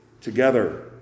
together